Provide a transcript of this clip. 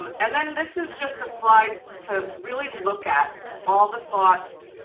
um and then this is just a slide to really look at all the thoughts.